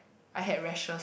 I had rashes